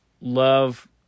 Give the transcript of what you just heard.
love